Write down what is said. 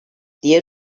diğer